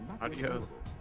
Adios